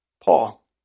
Paul